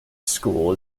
school